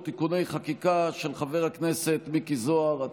(תיקוני חקיקה) של חבר הכנסת מיקי זוהר.